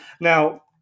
Now